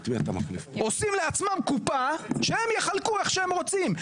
עושים לעצמם קופה שהם יחלקו איך שהם רוצים.